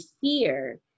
fear